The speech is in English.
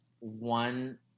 one